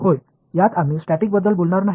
होय यात आम्ही स्टॅटिक बद्दल बोलणार नाही